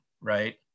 right